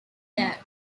that